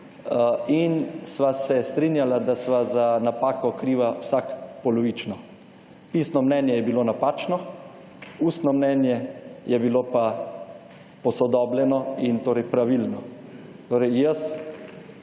in sva se strinjala, da sva za napako kriva vsak polovično. Pisno mnenje je bilo napačno, ustno mnenje je bilo pa posodobljeno in torej pravilno.